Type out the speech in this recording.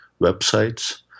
websites